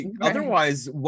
otherwise